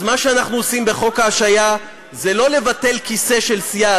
אז מה שאנחנו עושים בחוק ההשעיה זה לא לבטל כיסא של סיעה,